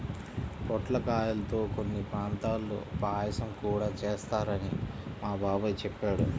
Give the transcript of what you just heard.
పొట్లకాయల్తో కొన్ని ప్రాంతాల్లో పాయసం గూడా చేత్తారని మా బాబాయ్ చెప్పాడు